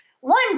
one